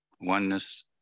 Oneness